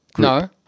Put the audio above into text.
No